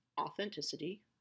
authenticity